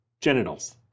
genitals